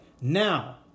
Now